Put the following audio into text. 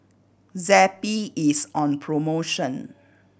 Zappy is on promotion